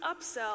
upsell